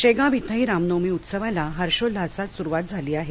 शेगाव इथंही रामनवमी उत्सवाला हर्षोल्हासात सुरुवात झाली आहे